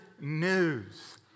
news